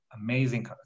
amazing